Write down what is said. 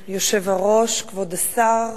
כבוד היושב-ראש, כבוד השר,